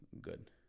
good